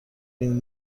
این